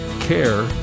care